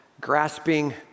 Grasping